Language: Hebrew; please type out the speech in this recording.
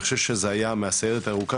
אני חושב שמהסיירת ירוקה,